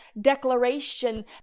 declaration